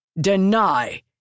Deny